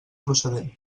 procedent